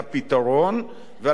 אז טובים השניים מן האחד,